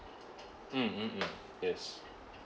mm mm mm yes